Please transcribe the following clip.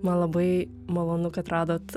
man labai malonu kad radot